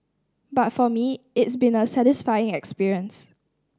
but for me it's been a satisfying experience